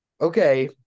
Okay